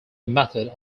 method